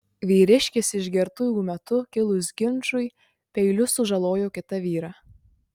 vyriškis išgertuvių metu kilus ginčui peiliu sužalojo kitą vyrą